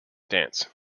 dance